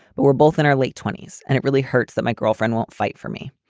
but we're both in our late twenty s and it really hurts that my girlfriend won't fight for me.